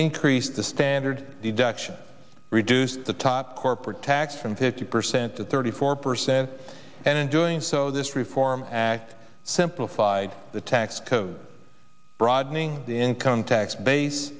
increased the standard deduction reduced the top corporate tax from fifty percent to thirty four percent and in doing so this reform act simplified the tax code broadening income tax base